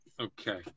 Okay